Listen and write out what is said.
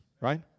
right